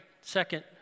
Second